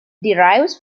derives